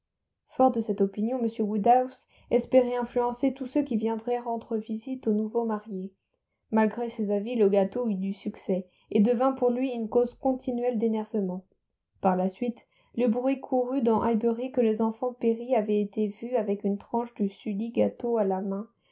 fort de cette opinion m woodhouse espérait influencer tous ceux qui viendraient rendre visite aux nouveaux mariés malgré ses avis le gâteau eut du succès et devint pour lui une cause continuelle d'énervement par la suite le bruit courut dans highbury que les enfants perry avaient été vus avec une tranche du susdit gâteau à la main